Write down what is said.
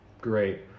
great